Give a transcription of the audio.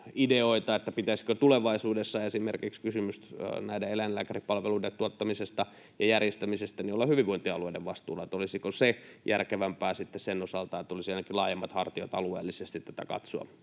pitäisikö tulevaisuudessa esimerkiksi kysymys näiden eläinlääkäripalveluiden tuottamisesta ja järjestämisestä olla hyvinvointialueiden vastuulla. Olisiko se järkevämpää sitten sen osalta, että olisi ainakin laajemmat hartiat alueellisesti tätä katsoa?